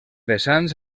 vessants